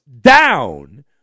down